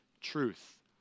truth